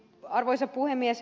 arvoisa puhemies